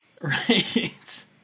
right